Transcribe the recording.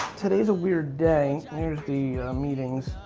today's a weird day. here's the meetings.